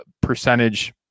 percentage